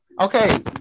Okay